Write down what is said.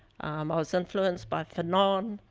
i was influenced by fanon,